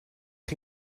chi